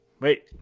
Wait